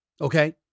okay